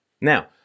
Now